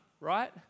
Right